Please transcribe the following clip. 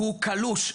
הוא קלוש.